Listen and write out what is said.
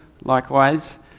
likewise